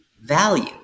value